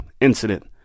incident